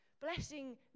Blessing